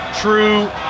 True